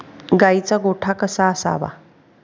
गाईचा गोठा कसा असावा?